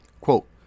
Quote